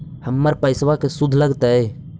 हमर पैसाबा के शुद्ध लगतै?